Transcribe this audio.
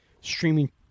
streaming